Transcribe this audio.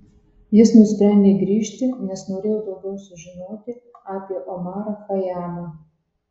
jis nusprendė grįžti nes norėjo daugiau sužinoti apie omarą chajamą